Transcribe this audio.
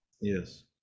Yes